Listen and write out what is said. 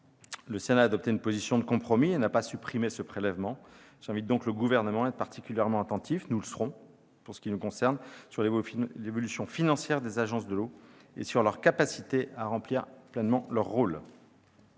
Le Sénat a adopté une position de compromis et n'a pas supprimé ce prélèvement. J'invite donc le Gouvernement à être particulièrement attentif- nous le serons pour ce qui nous concerne -sur l'évolution financière des agences de l'eau et sur leur capacité à remplir pleinement leur rôle.